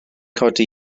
codi